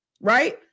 right